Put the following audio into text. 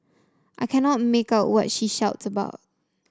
I cannot make out what she shouts about